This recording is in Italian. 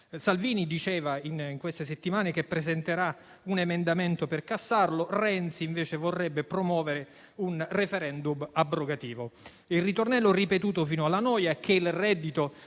Salvini ha detto che presenterà un emendamento per cassarlo, Renzi invece vorrebbe promuovere un *referendum* abrogativo. Il ritornello ripetuto fino alla noia è che il reddito